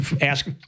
ask